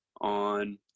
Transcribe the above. on